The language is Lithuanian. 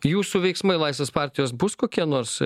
jūsų veiksmai laisvės partijos bus kokie nors